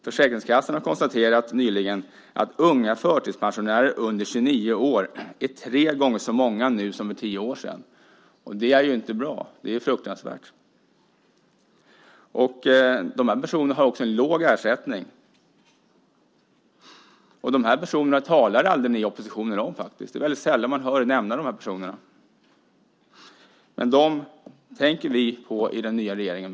Försäkringskassan har nyligen konstaterat att unga förtidspensionärer, de som är under 29 år, är tre gånger så många nu som för tio år sedan. Det är ju inte bra. Det är fruktansvärt. De här personerna har också en låg ersättning. Och de här personerna talar aldrig ni i oppositionen om faktiskt. Det är väldigt sällan man hör er nämna de här personerna. Men dem tänker vi på i den nya regeringen.